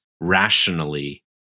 rationally